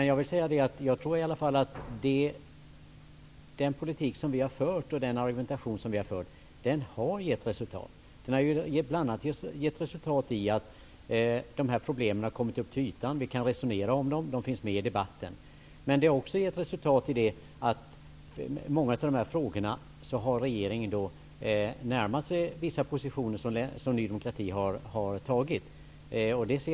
Jag tror emellertid att den politik och den argumentation som vi i Ny demokrati har fört har gett resultat, bl.a. i form av att dessa problem har kommit upp till ytan. Vi kan resonera om dem, och de finns också med i debatten. Ett annat resultat är att regeringen har närmat sig vissa positioner som Ny demokrati har intagit när det gäller några av dessa frågor.